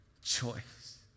choice